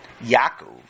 Yaakov